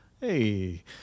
hey